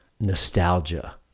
nostalgia